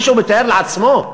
מישהו מתאר לעצמו?